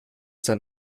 sein